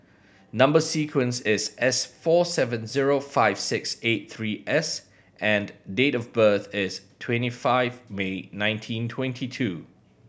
number sequence is S four seven zero five six eight three S and date of birth is twenty five May nineteen twenty two